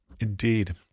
Indeed